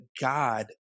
God